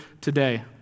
today